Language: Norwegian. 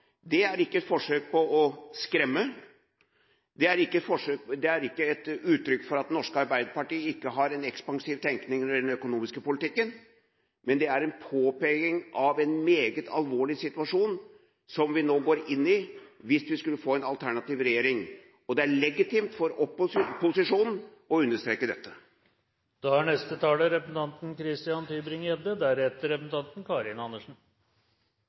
Det er ikke et forsøk på å skremme, det er ikke et uttrykk for at Det norske Arbeiderparti ikke har en ekspansiv tenkning når det gjelder den økonomiske politikken, men det er en påpekning av en meget alvorlig situasjon som vi nå går inn i hvis vi skulle få en alternativ regjering. Og det er legitimt for posisjonen å understreke